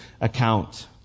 account